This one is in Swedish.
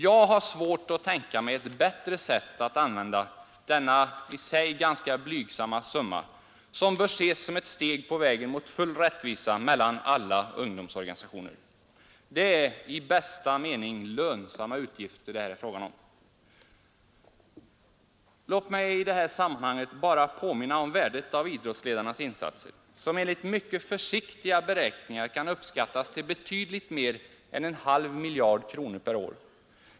Jag har svårt att tänka mig ett bättre sätt att använda denna i sig ganska blygsamma summa, som bör ses som ett steg på vägen mot full rättvisa mellan alla ungdomsorganisationer. Det är i bästa mening lönsamma utgifter det här är fråga om. Låt mig i det här sammanhanget bara påminna om värdet av idrottsledarnas insatser, som enligt mycket försiktiga beräkningar kan uppskattas till betydligt mer än en halv miljard kronor per år.